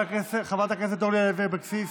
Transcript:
חברת הכנסת אורלי לוי אבקסיס,